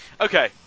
Okay